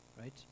right